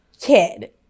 kid